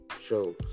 shows